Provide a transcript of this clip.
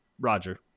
Roger